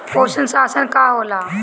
पोषण राशन का होला?